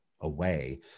away